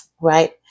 Right